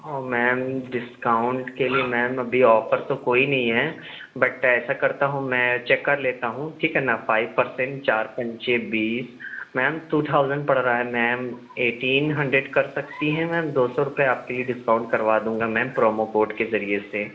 اوہ ma'am discount کے لیے ma'am ابھی آفر تو کوئی نہیں ہے بٹ ایسا کرتا ہوں میں چیک کر لیتا ہوں ٹھیک ہے نا فائو پرسینٹ چار پنچے بیس میم ٹو تھاؤزینڈ پڑ رہا ہے میم ایٹین ہنڈریڈ کر سکتی ہیں میم دو سو روپے آپ کے لیے ڈسکاؤنٹ کروا دوں گا میم پرومو کوڈ کے ذریعہ سے